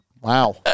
Wow